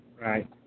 Right